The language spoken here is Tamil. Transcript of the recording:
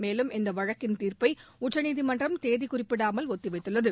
மேலும் இந்த வழக்கின் தீர்ப்பை உச்சநீதிமன்றம் தேதி குறிப்பிடாமல் ஒத்தி வைத்துள்ளது